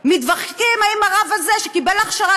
מתווכחים אם הרב הזה שקיבל הכשרה,